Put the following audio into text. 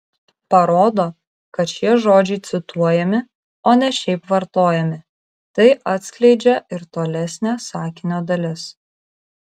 parodo kad šie žodžiai cituojami o ne šiaip vartojami tai atskleidžia ir tolesnė sakinio dalis